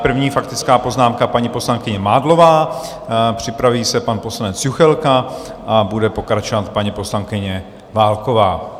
První faktická poznámka paní poslankyně Mádlová, připraví se pan poslanec Juchelka a bude pokračovat paní poslankyně Válková.